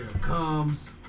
comes